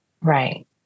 right